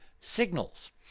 signals